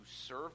serve